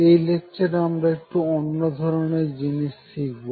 এই লেকচারে আমরা একটু অন্য ধরনের জিনিস শিখবো